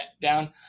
down